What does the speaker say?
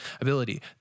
ability